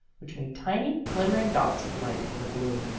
which made tiny, glimmering dots of light in the gloom.